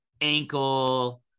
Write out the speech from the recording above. ankle